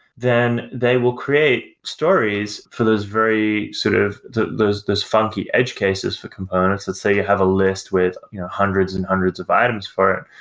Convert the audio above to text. then they will create stories for those very sort of those those funky edge cases for components that say you have a list with hundreds and hundreds of items for it.